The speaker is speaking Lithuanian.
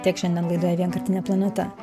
tiek šiandien laidoje vienkartinė planeta